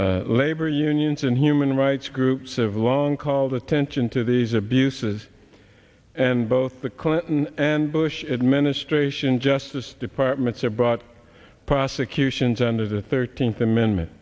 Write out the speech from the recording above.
occurred labor unions and human rights groups of long called attention to these abuses and both the clinton and bush administration justice departments have brought prosecutions under the thirteenth amendment